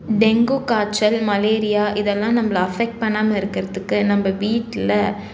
dengue காய்ச்சல் malaria இதெல்லாம் நம்மளை அஃபெக்ட் பண்ணாமல் இருக்கிறத்துக்கு நம்ம வீட்டில